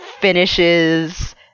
finishes